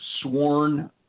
sworn